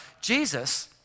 Jesus